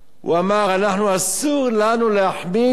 הוא אמר: אסור לנו להחמיץ חלון,